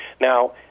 Now